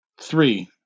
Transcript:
Three